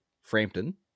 Frampton